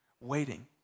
waiting